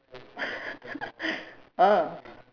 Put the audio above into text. ah